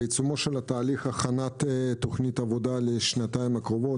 בעיצומו של תהליך הכנת תוכנית עבודה לשנתיים הקרובות,